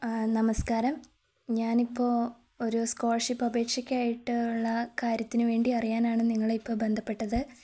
നമസ്കാരം ഞാനിപ്പോഴൊരു സ്കോളർഷിപ്പ് അപേക്ഷയ്ക്കായിട്ടുള്ള കാര്യത്തിന് വേണ്ടി അറിയാനാണ് നിങ്ങളെ ഇപ്പോള് ബന്ധപ്പെട്ടത്